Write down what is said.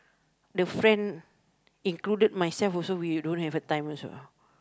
the friend included myself also we don't have the time also